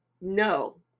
no